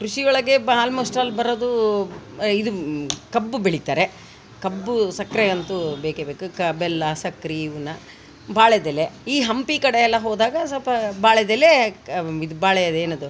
ಕೃಷಿ ಒಳಗೆ ಬಾ ಆಲ್ ಮೋಸ್ಟ್ ಆಲ್ ಬರೋದು ಇದು ಕಬ್ಬು ಬೆಳಿತಾರೆ ಕಬ್ಬು ಸಕ್ಕರೆ ಅಂತೂ ಬೇಕೇ ಬೇಕು ಕ ಬೆಲ್ಲ ಸಕ್ರೆ ಇವನ್ನ ಬಾಳೆದೆಲೆ ಈ ಹಂಪಿ ಕಡೆ ಎಲ್ಲ ಹೋದಾಗ ಸ್ವಲ್ಪ ಬಾಳೆದೆಲೆ ಕ ಇದು ಬಾಳೆದು ಏನದು